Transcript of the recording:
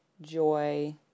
joy